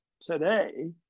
today